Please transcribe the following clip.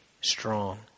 strong